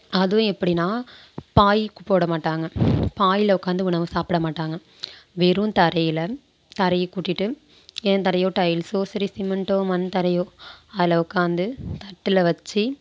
அதுவும் எப்படின்னா பாயி போட மாட்டாங்க பாயில் உக்கார்ந்து உணவு சாப்பிட மாட்டாங்க வெறும் தரையில் தரையை கூட்டிவிட்டு ஏன் தரையோ டைல்ஸோ சரி சிமெண்டோ மண் தரையோ அதில் உக்கார்ந்து தட்டில் வச்சு